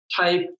type